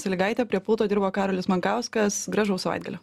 salygaitė prie pulto dirbo karolis makauskas gražaus savaitgalio